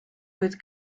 kuid